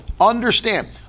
Understand